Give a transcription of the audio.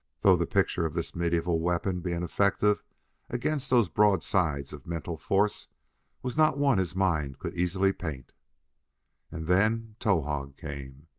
though the picture of this medieval weapon being effective against those broadsides of mental force was not one his mind could easily paint. and then towahg came!